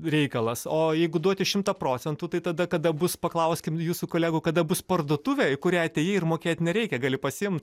reikalas o jeigu duoti šimtą procentų tai tada kada bus paklauskim jūsų kolegų kada bus parduotuvė į kurią atėjai ir mokėt nereikia gali pasiimt